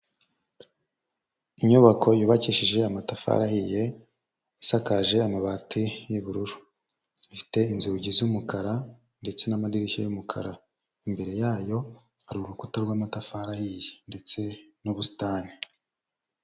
Inyubako yubakishije amatafari ye, isakaje amabati y'ubururu, ifite inzugi z'umukara ndetse n'amadirishya y'umukara, imbere yayo hari urukuta rw'amatafari ahiye ndetse n'ubusitani.